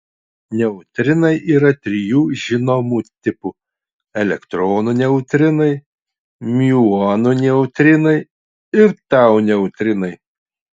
neutrinai yra trijų žinomų tipų elektronų neutrinai miuonų neutrinai ir tau neutrinai